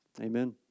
Amen